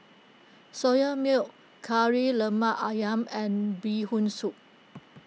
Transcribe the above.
Soya Milk Kari Lemak Ayam and Bee Hoon Soup